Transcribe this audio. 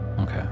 okay